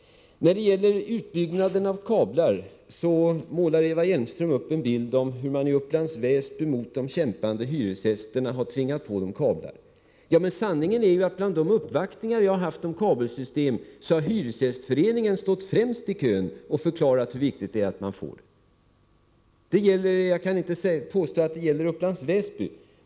När det gäller utbyggnaden av kablar målar Eva Hjelmström upp en bild av hur man tvingat på de kämpande hyresgästerna i Upplands Väsby kablar mot deras vilja. Sanningen är emellertid den att bland de uppvaktningar som gjorts hos mig om kabelsystem har hyresgästföreningen stått främst i kön och förklarat hur viktigt det är att man får kablar. Jag kan inte påstå att det gäller Upplands Väsby.